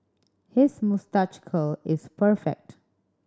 his moustache curl is perfect